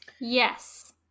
yes